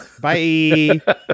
Bye